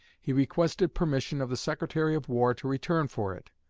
he requested permission of the secretary of war to return for it.